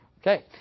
Okay